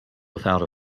without